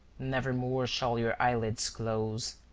nevermore shall your eyelids close.